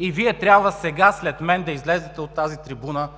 Вие трябва сега, след мен, да излезете от тази трибуна